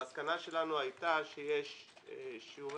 המסקנה שלנו הייתה שיש שיעורי